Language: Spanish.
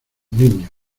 niño